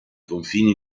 confini